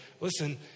Listen